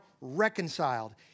reconciled